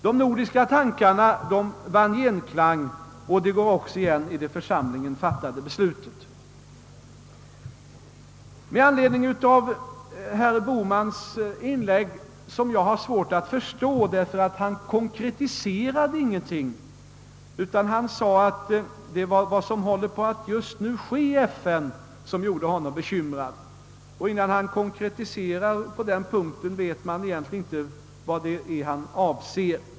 De nordiska tankarna vann genklang, och det går också igen i det av församlingen fattade beslutet. Herr Bohmans inlägg har jag svårt att förstå, därför att han inte konkretiserade. Han sade att vad som händer i FN just nu gör honom bekymrad. Innan han konkretiserar på denna punkt vet man inte vad han avser.